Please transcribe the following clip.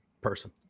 person